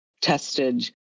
tested